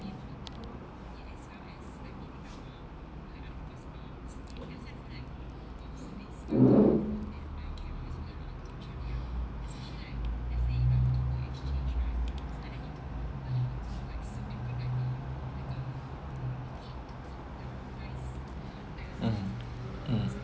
mm mm